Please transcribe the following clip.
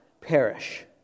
perish